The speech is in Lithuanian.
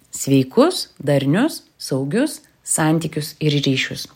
sveikus darnius saugius santykius ir ryšius